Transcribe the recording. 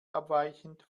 abweichend